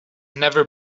never